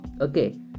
okay